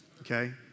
Okay